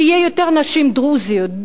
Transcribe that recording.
שיהיו יותר נשים דרוזיות,